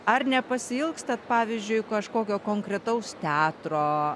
ar nepasiilgstat pavyzdžiui kažkokio konkretaus teatro